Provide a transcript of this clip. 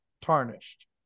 tarnished